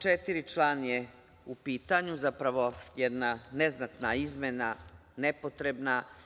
Član 124. je u pitanju, zapravo jedna neznatna izmena nepotrebna.